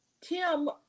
Tim